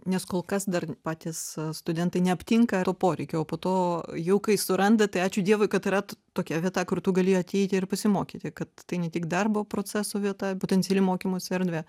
nes kol kas dar patys studentai neaptinka to poreikio o po to jau kai suranda tai ačiū dievui kad yra t tokia vieta kur tu gali ateiti ir pasimokyti kad tai ne tik darbo proceso vieta potenciali mokymosi erdvė